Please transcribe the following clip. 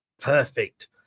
Perfect